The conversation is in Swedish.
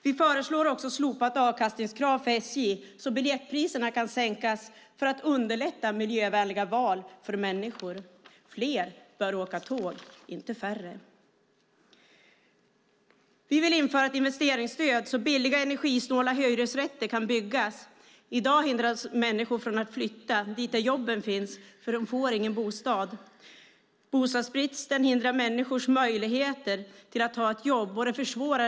Vi föreslår också slopat avkastningskrav för SJ så att biljettpriserna kan sänkas för att underlätta miljövänliga val för människor. Fler bör åka tåg, inte färre. Vi vill införa ett investeringsstöd så att billiga energisnåla hyresrätter kan byggas. I dag hindras människor från att flytta dit där jobben finns, för de får ingen bostad. Bostadsbristen hindrar människors möjligheter att ta ett jobb.